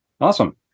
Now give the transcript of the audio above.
awesome